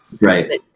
Right